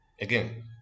Again